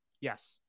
Yes